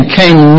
came